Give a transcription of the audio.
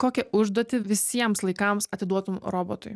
kokią užduotį visiems laikams atiduotum robotui